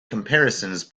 comparisons